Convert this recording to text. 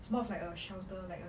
it's more of like a shelter like a